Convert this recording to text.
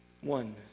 one